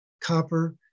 Copper